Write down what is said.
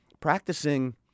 practicing